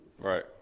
Right